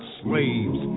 slaves